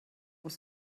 was